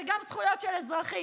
זה גם זכויות של אזרחים.